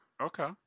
Okay